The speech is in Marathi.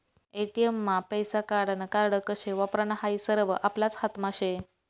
ए.टी.एम मा पैसा काढानं कार्ड कशे वापरानं हायी सरवं आपलाच हातमा शे